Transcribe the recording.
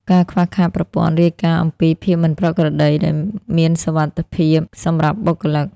ការខ្វះខាតប្រព័ន្ធ "រាយការណ៍អំពីភាពមិនប្រក្រតី"ដែលមានសុវត្ថិភាពសម្រាប់បុគ្គលិក។